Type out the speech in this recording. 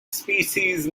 species